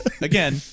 Again